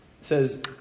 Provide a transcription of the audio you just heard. says